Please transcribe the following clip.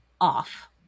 off